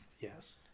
Yes